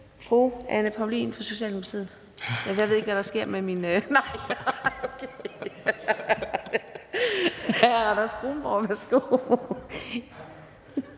fru Anne Paulin fra Socialdemokratiet